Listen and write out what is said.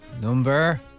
Number